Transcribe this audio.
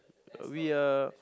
we are